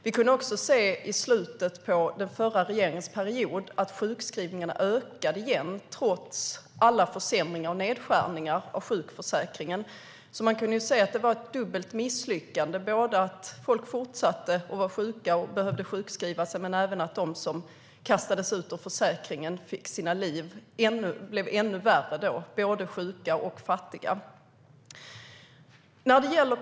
Vi kunde också i slutet av den förra regeringsperioden se att sjukskrivningarna ökade igen, trots alla försämringar och nedskärningar av sjukförsäkringen. Vi kunde alltså se att det var ett dubbelt misslyckande, både att folk fortsatte att vara sjuka och behövde sjukskrivas och att livet blev ännu värre för dem som kastades ut ur försäkringen. De blev både sjuka och fattiga.